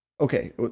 okay